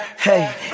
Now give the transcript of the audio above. Hey